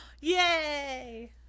Yay